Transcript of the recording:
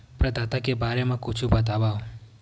प्रदाता के बारे मा कुछु बतावव?